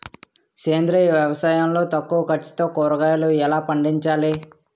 సేంద్రీయ వ్యవసాయం లో తక్కువ ఖర్చుతో కూరగాయలు ఎలా పండించాలి?